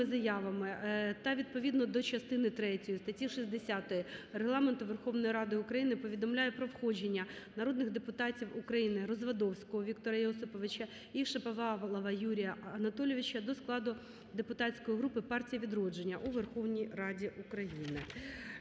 заявами та відповідно до частини третьої статті 60 Регламенту Верховної Ради України, повідомляю про входження народних депутатів України Развадовського Віктора Йосиповича і Шаповалова Юрія Анатолійовича до складу депутатської групи "Партія "Відродження" у Верховній Раді України.